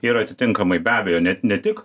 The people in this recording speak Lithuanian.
ir atitinkamai be abejo ne ne tik